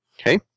Okay